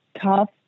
tough